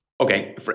okay